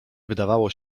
wydawało